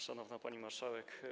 Szanowna Pani Marszałek!